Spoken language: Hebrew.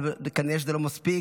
אבל כנראה שזה לא מספיק,